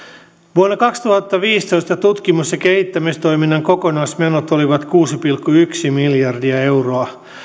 vuonna kaksituhattaviisitoista tutkimus ja kehittämistoiminnan kokonaismenot olivat kuusi pilkku yksi miljardia euroa